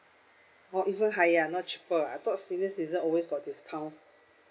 oh even higher ah not cheaper ah I thought senior citizen always got discount